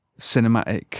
cinematic